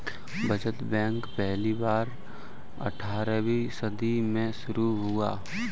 बचत बैंक पहली बार अट्ठारहवीं सदी में शुरू हुआ